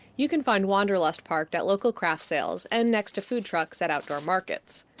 you can find wanderlust parked at local craft sales and next to food trucks at outdoor markets.